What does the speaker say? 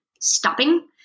stopping